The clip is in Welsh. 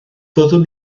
fyddwn